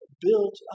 built